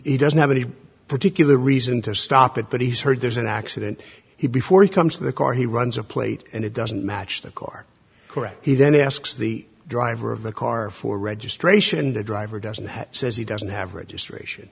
it doesn't have any particular reason to stop it but he's heard there's an accident he before he comes to the car he runs a plate and it doesn't match the car correct he then asks the driver of the car for registration the driver doesn't have says he doesn't have registration